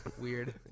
Weird